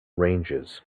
ranges